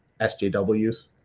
SJWs